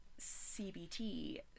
CBT